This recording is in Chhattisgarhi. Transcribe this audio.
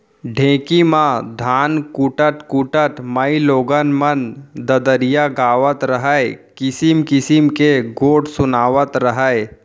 ढेंकी म धान कूटत कूटत माइलोगन मन ददरिया गावत रहयँ, किसिम किसिम के गोठ सुनातव रहयँ